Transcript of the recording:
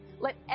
let